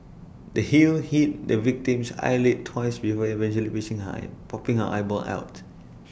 the heel hit the victim's eyelid twice before eventually piercing high popping A eyeball out